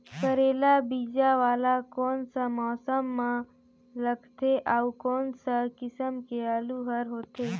करेला बीजा वाला कोन सा मौसम म लगथे अउ कोन सा किसम के आलू हर होथे?